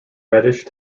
reddish